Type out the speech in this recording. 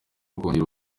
ukongera